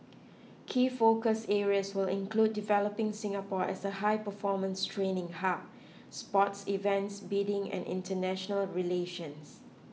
key focus areas will include developing Singapore as a high performance training hub sports events bidding and international relations